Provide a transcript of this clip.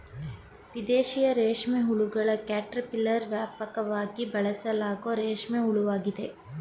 ದೇಶೀಯ ರೇಷ್ಮೆಹುಳುಗಳ ಕ್ಯಾಟರ್ಪಿಲ್ಲರ್ ವ್ಯಾಪಕವಾಗಿ ಬಳಸಲಾಗೋ ರೇಷ್ಮೆ ಹುಳುವಾಗಿದೆ